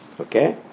Okay